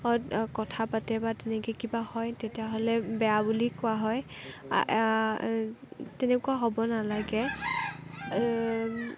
কথা পাতে বা তেনেকে কিবা হয় তেতিয়াহ'লে বেয়া বুলি কোৱা হয় তেনেকুৱা হ'ব নালাগে